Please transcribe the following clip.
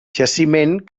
jaciment